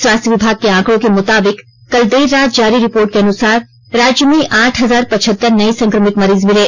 स्वास्थ्य विभाग के आंकड़ों के मुताबिक कल देर रात जारी रिपोर्ट के अनुसार राज्य में आठ हजार पचहत्तर नये संक्रमित मरीज मिले